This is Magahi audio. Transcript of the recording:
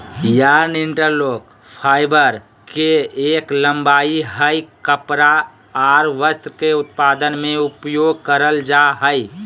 यार्न इंटरलॉक, फाइबर के एक लंबाई हय कपड़ा आर वस्त्र के उत्पादन में उपयोग करल जा हय